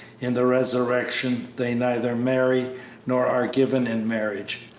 in the resurrection they neither marry nor are given in marriage,